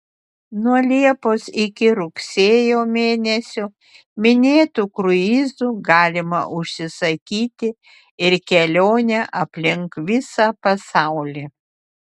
nuo liepos iki rugsėjo mėnesio minėtu kruizu galima užsisakyti ir kelionę aplink visą pasaulį